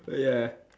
ya